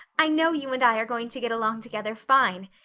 i know you and i are going to get along together fine.